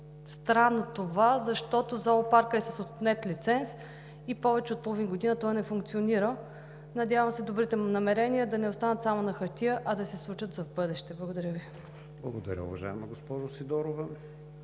странно това, защото зоопаркът е с отнет лиценз и повече от половин година той не функционира. Надявам се добрите намерения да не останат само на хартия, а да се случат за в бъдеще. Благодаря Ви. ПРЕДСЕДАТЕЛ КРИСТИАН ВИГЕНИН: Благодаря, уважаема госпожо Сидорова.